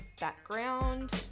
background